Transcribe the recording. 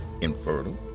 infertile